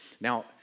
Now